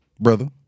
Brother